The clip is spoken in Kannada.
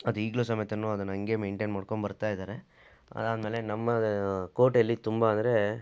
ಅದು ಈಗಲೂ ಸಮೇತನು ಅದನ್ನು ಹಂಗೆ ಮೈಂಟೇನ್ ಮಾಡ್ಕೊಂಬರ್ತಾ ಇದ್ದಾರೆ ಅದಾದಮೇಲೆ ನಮ್ಮ ಕೋಟೆಯಲ್ಲಿ ತುಂಬ ಅಂದರೆ